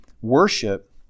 Worship